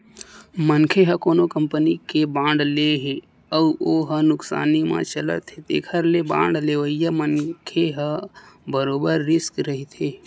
मनखे ह कोनो कंपनी के बांड ले हे अउ हो ह नुकसानी म चलत हे तेखर ले बांड लेवइया मनखे ह बरोबर रिस्क रहिथे